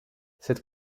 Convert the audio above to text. cette